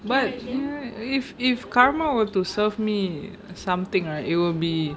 but ya if if karma were to serve me something right it will be